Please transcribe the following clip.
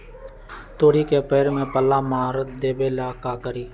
तोड़ी के पेड़ में पल्ला मार देबे ले का करी?